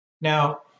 Now